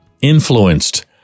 influenced